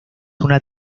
una